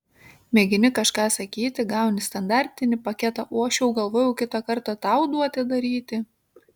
mėgini kažką sakyti gauni standartinį paketą o aš jau galvojau kitą kartą tau duoti daryti